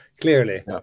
clearly